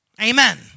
Amen